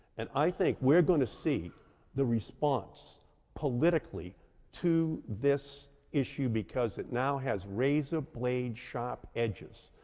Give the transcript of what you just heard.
and i think we're going to see the response politically to this issue because it now has razorblade-sharp edges.